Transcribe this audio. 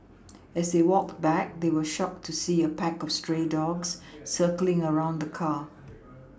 as they walked back they were shocked to see a pack of stray dogs circling around the car